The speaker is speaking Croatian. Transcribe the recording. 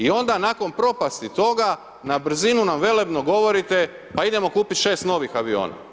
I onda nakon propasti toga na brzinu nam velebno govorite pa idemo kupiti 6 novih aviona.